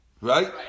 Right